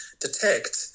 detect